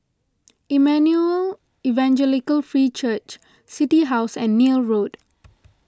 Emmanuel Evangelical Free Church City House and Neil Road